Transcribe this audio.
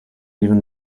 even